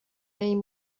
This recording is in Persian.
این